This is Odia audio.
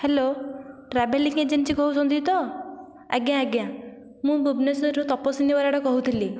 ହ୍ୟାଲୋ ଟ୍ରାଭେଲିଙ୍ଗ ଏଜେନ୍ସୀ କହୁଛନ୍ତି ତ ଆଜ୍ଞା ଆଜ୍ଞା ମୁଁ ଭୁବନେଶ୍ୱରରୁ ତପସ୍ୱିନୀ ବରାଡ଼ କହୁଥିଲି